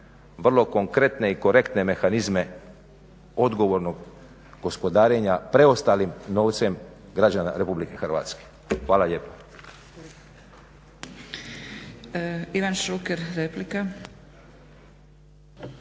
vrlo konkretne i korektne mehanizme odgovornog gospodarenja preostalim novcem građana Republike Hrvatske. Hvala lijepo.